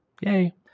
Yay